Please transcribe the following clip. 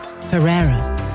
Herrera